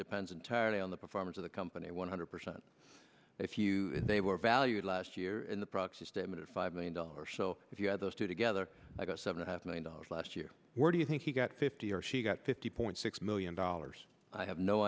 depends entirely on the performance of the company one hundred percent if you they were valued last year in the proxy statement of five million dollars so if you add those two together i got seven hundred million dollars last year where do you think he got fifty or she got fifty point six million dollars i have no